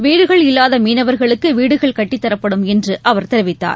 வீடுகள் இல்லாதமீனவர்களுக்குவீடுகள் கட்டித் தரப்படும் என்றுஅவர் தெரிவித்தார்